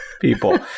people